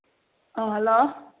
hello